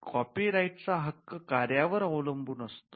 copyright चा हक्क कार्या वर अवलंबून असतो